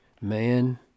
man